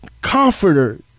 comforter